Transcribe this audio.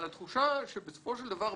אבל התחושה היא שבסופו של דבר,